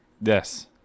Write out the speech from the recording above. Yes